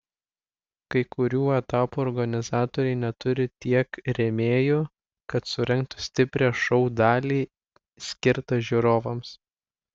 kai kurių etapų organizatoriai neturi tiek rėmėjų kad surengtų stiprią šou dalį skirtą žiūrovams